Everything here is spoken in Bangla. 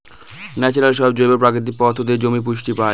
ন্যাচারাল সব জৈব প্রাকৃতিক পদার্থ দিয়ে জমি পুষ্টি পায়